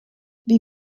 wie